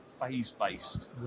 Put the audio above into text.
phase-based